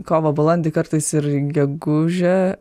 kovą balandį kartais ir gegužę